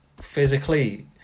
Physically